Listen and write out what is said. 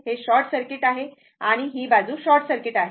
हे short circuit आहे आणि ही बाजू शॉर्ट सर्किट आहे